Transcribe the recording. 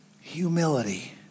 humility